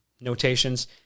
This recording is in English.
notations